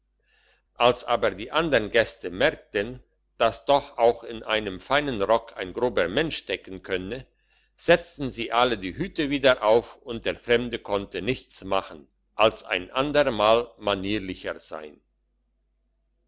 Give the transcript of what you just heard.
als aber die andern gäste merkten dass doch auch in einem feinen rock ein grober mensch stecken könne setzten sie alle die hüte wieder auf und der fremde konnte nichts machen als ein ander mal manierlicher sein